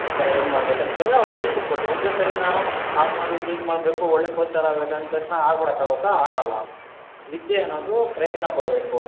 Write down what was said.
ಈ ಥರ ಏನು ಮಾಡಬೇಕು ಅಂತ ಕೇಳಿದರೆ ಆವಾಗ ಸಜೆಷನ್ ಕೊಡ್ತೀವಿ ಒಂದೆ ಸರಿ ನಾನು ಹಾಗೆ ಮಾಡಬೇಕು ಹೀಗೆ ಮಾಡಬೇಕು ಒಳ್ಳೆ ಕೋಚರ್ ಆಗಬೇಕು ಅಂದ ತಕ್ಷಣ ಆಗ್ಬಿಡೋಕೆ ಆಗುತ್ತಾ ಆಗಲ್ಲ ನಿದ್ದೆ ಅನ್ನೋದು ಪ್ರಯತ್ನ ಪಡಬೇಕು